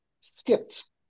skipped